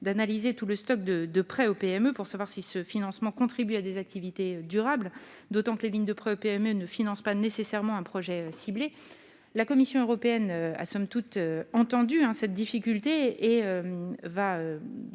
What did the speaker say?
d'analyser tout le stock de de prêts aux PME pour savoir si ce financement contribue à des activités durables, d'autant que les lignes de prêts PME ne finance pas nécessairement un projet ciblé la Commission européenne a, somme toute, entendu à cette difficulté et va